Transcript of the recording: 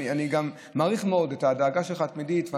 אני גם מעריך מאוד את הדאגה התמידית שלך,